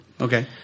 Okay